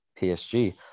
PSG